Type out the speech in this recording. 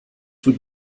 would